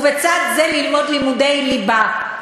ובצד זה ללמוד לימודי ליבה.